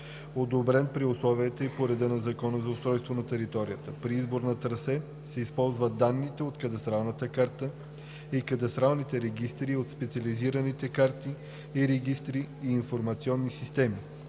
одобрен при условията и по реда на Закона за устройство на територията. При избора на трасе се използват данните от кадастралната карта и кадастралните регистри и от специализираните карти и регистри и информационни системи,